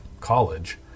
college